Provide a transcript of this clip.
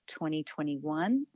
2021